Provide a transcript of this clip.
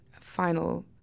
final